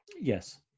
yes